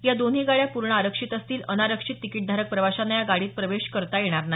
या दोन्ही गाड्या पूर्ण आरक्षित असतील अनारक्षित तिकीटधारक प्रवाशांना या गाडीत प्रवेश करता येणार नाही